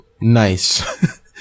nice